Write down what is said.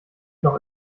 noch